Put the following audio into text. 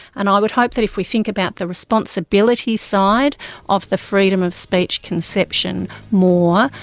and i would hope that if we think about the responsibility side of the freedom of speech conception more,